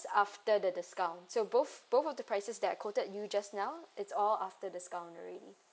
after the discount so both both of the prices that I quoted you just now it's all after discount already